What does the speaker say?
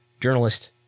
journalist